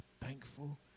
thankful